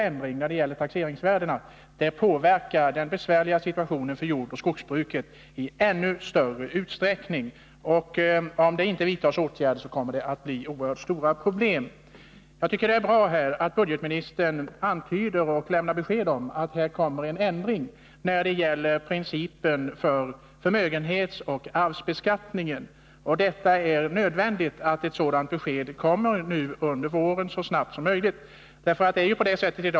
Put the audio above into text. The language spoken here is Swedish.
Ändringen av taxeringsvärdena gör situationen ännu besvärligare för jordoch skogsbruket. Om det inte vidtas åtgärder kommer det att bli oerhört stora problem. Det är bra att budgetministern lämnar besked om att det kommer att föreslås en ändring när det gäller principen för förmögenhetsoch arvsbeskattningen. Det är nödvändigt att ett sådant förslag kommer så snart som möjligt under våren.